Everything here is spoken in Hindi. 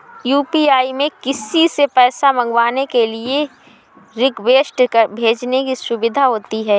यू.पी.आई में किसी से पैसा मंगवाने के लिए रिक्वेस्ट भेजने की सुविधा होती है